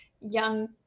young